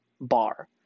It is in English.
bar